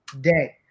day